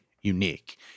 unique